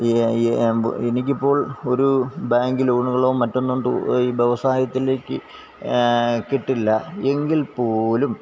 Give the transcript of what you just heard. ഈ എനിക്കിപ്പോള് ഒരു ബാങ്ക് ലോണുകളോ മറ്റൊന്നോ ടു ഈ വ്യവസായത്തിലേക്ക് കിട്ടില്ല എങ്കില് പോലും